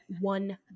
one